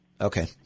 Okay